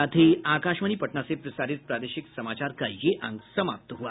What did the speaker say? इसके साथ ही आकाशवाणी पटना से प्रसारित प्रादेशिक समाचार का ये अंक समाप्त हुआ